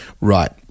right